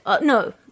No